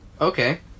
Okay